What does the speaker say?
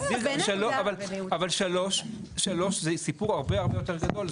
אבל 3 זה סיפור הרבה הרבה יותר גדול,